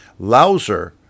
Louser